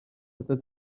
atat